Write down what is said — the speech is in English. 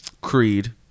Creed